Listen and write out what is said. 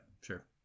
sure